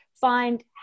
find